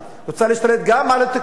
רוצה להשתלט גם על התקשורת,